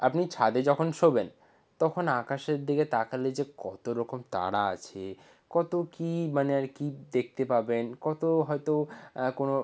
আপনি ছাদে যখন শোবেন তখন আকাশের দিকে তাকালে যে কত রকম তারা আছে কত কী মানে আর কি দেখতে পাবেন কতো হয়তো কোনো